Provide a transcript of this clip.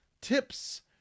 tips